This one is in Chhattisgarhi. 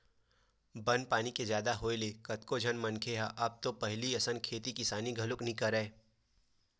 बन पानी के जादा होय ले कतको झन मनखे मन ह अब पहिली असन खेती किसानी घलो नइ करय